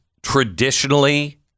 Traditionally